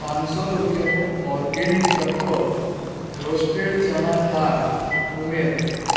પાંચ સો રૂપિયાનું ઓર્ગેનિક તત્ત્વ રોસ્ટેડ ચણા દાળ ઉમેરો